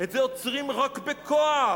את זה עוצרים רק בכוח".